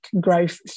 growth